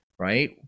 right